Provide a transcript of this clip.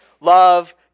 love